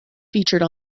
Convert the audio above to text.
featured